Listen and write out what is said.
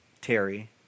Terry